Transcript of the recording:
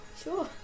sure